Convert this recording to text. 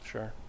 Sure